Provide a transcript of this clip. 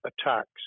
attacks